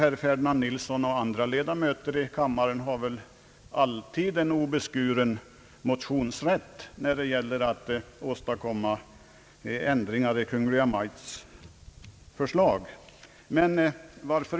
Herr Ferdinand Nilsson och andra ledamöter i kammaren har alltid obeskuren motionsrätt när det gäller att åstadkomma ändringar i Kungl. Maj:ts förslag.